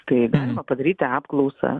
tai galima padaryti apklausą